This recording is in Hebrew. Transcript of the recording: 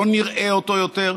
לא נראה אותו יותר,